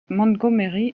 montgomery